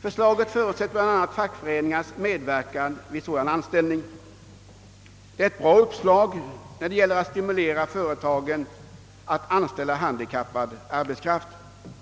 Förslaget förutsätter bl.a. fackföreningars medverkan vid anställningen. Det är ett gott uppslag för att stimulera företagen att anställa handikappad arbetskraft. Herr talman!